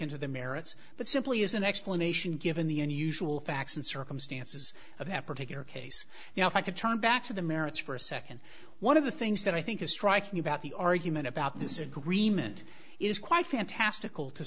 into the merits but simply as an explanation given the unusual facts and circumstances of have particular case you know if i could turn back to the merits for a second one of the things that i think is striking about the argument about this agreement is quite fantastical to